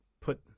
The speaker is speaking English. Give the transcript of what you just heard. put